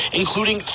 including